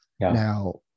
Now